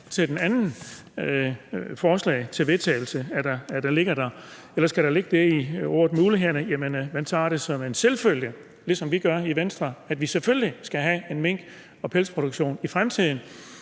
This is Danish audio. til et andet forslag til vedtagelse, der ligger der, eller skal der ligge det i ordet mulighederne, at man tager det som en selvfølge, ligesom vi gør i Venstre, at vi skal have en mink- og pelsproduktion i fremtiden,